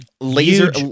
laser